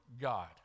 God